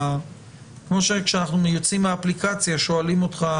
כמו כשאנו יוצאים מהאפליקציה שואלים אותך: